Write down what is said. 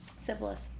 Syphilis